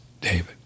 David